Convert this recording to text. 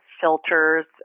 filters